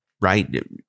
right